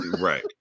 Right